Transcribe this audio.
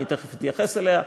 אני תכף אתייחס אליה.